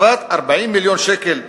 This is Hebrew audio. הקצבת 40 מיליון שקל לאכיפת,